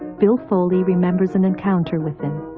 bill foley remembers an encounter with him.